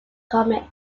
comics